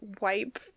wipe